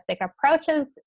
approaches